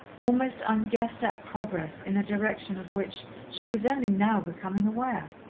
almost unguessed-at progress in a direction of which she was only now becoming aware.